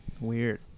Weird